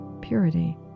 purity